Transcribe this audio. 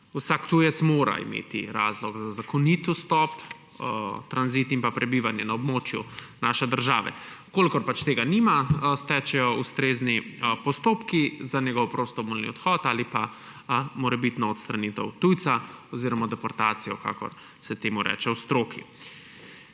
vsak tujec mora imeti razlog za zakonit vstop, tranzit in pa prebivanje na območju naše države. V kolikor pač tega nima, stečejo ustrezni postopki za njegov prostovoljni odhod ali pa morebitno odstranitev tujca oziroma deportacijo, kakor se temu reče v stroki.